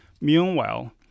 Meanwhile